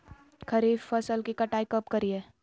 खरीफ फसल की कटाई कब करिये?